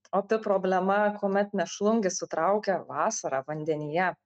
opi problema kuomet mėšlungis sutraukia vasarą vandenyje